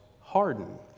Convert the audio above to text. harden